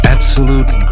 Absolute